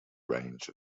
range